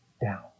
down